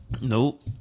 Nope